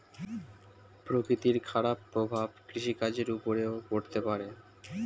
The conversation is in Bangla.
প্রকৃতির খারাপ প্রভাব কৃষিকাজের উপরেও পড়তে পারে